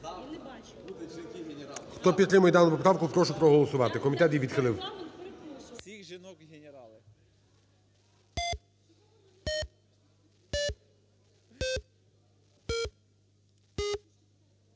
Хто підтримує дану правку, прошу проголосувати. Комітет її відхилив.